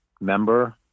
member